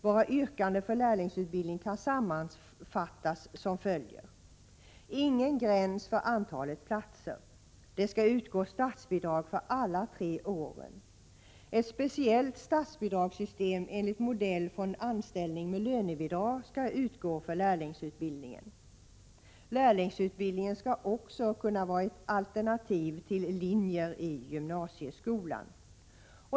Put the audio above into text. Våra yrkanden för lärlingsutbildningen kan sammanfattas som följer: & Lärlingsutbildningen skall också kunna vara ett alternativ till linjer i gymnasieskolan.